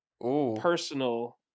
personal